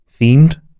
themed